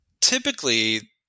typically